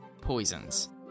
Poisons